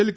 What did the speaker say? L